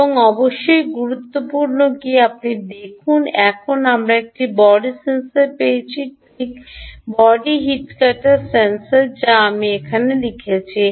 এবং অবশ্যই গুরুত্বপূর্ণটি কী আপনি দেখুন এখন আমরা একটি বডি সেন্সর পেয়েছি ঠিক বডি হিট কাটার সেন্সর যা আমি এখানে লিখেছি